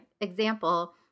example